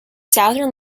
southern